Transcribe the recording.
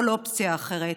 כל אופציה אחרת,